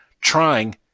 trying